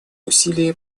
усилия